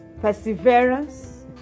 perseverance